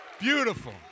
Beautiful